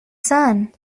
son